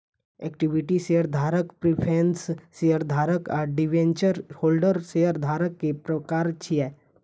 equity शेयरधारक, preference शेयरधारक आ डिवेंचर होल्डर शेयरधारक के प्रकार छियै